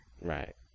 Right